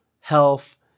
health